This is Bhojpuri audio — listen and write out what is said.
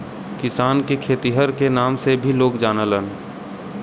किसान के खेतिहर के नाम से भी लोग जानलन